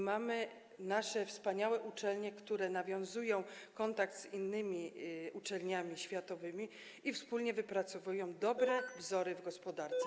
Mamy nasze wspaniałe uczelnie, które nawiązują kontakt z innymi uczelniami światowymi i wspólnie wypracowują dobre wzory w gospodarce.